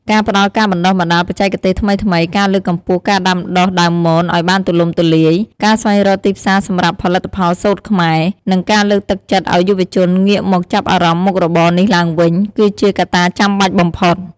ការផ្ដល់ការបណ្ដុះបណ្ដាលបច្ចេកទេសថ្មីៗ ការលើកកម្ពស់ការដាំដុះដើមមនឲ្យបានទូលំទូលាយ ការស្វែងរកទីផ្សារសម្រាប់ផលិតផលសូត្រខ្មែរ និងការលើកទឹកចិត្តឲ្យយុវជនងាកមកចាប់អារម្មណ៍មុខរបរនេះឡើងវិញ គឺជាកត្តាចាំបាច់បំផុត។